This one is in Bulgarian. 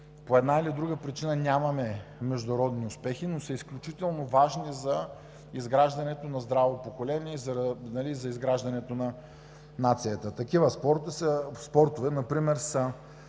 по една или друга причина нямаме международни успехи, но са изключително важни за изграждането на здраво поколение и за изграждането на нацията. Такива спортове например са